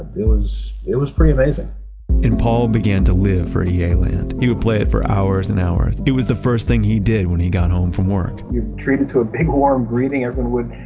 it was it was pretty amazing and paul began to live for yeah ea-land. he would play it for hours and hours. it was the first thing he did when he got home from work you're treated to a big warm greeting. everyone would